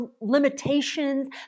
limitations